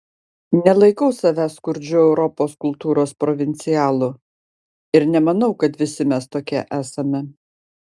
nelaikau savęs skurdžiu europos kultūros provincialu ir nemanau kad visi mes tokie esame